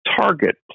Target